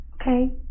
okay